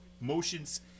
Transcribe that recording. motions